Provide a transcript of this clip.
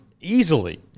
Easily